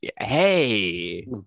Hey